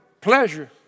pleasure